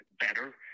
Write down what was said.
better